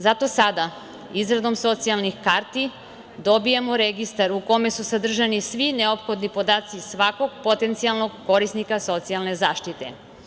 Zato sada izradom socijalnih karti dobijamo registar u kome su sadržani svi neophodni podaci svakog potencijalnog korisnika socijalne zaštite.